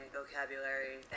vocabulary